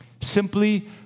simply